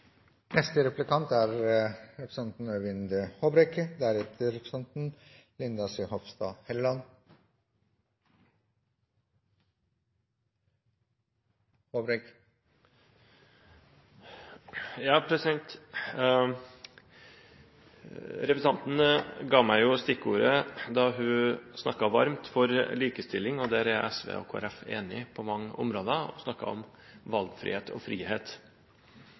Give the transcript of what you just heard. neste periode vurderer å ta inn det som et punkt. Representanten ga meg stikkordet da hun snakket varmt for likestilling, og der er SV og Kristelig Folkeparti enige på mange områder. Hun snakket om valgfrihet og frihet.